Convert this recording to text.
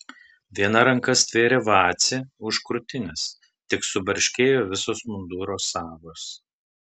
viena ranka stvėrė vacį už krūtinės tik subarškėjo visos munduro sagos